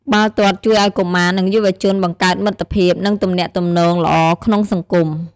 បាល់ទាត់ជួយឲ្យកុមារ និងយុវជនបង្កើតមិត្តភាព និងទំនាក់ទំនងល្អក្នុងសង្គម។